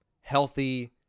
healthy